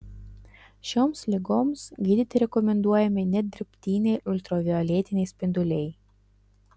šioms ligoms gydyti rekomenduojami net dirbtiniai ultravioletiniai spinduliai